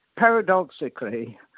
Paradoxically